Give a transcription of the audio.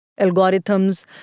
algorithms